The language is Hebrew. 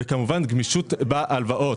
וכמובן גמישות בהלוואות,